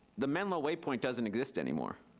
the menlo way point doesn't exist anymore.